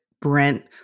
Brent